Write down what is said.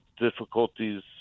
difficulties